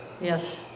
Yes